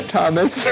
Thomas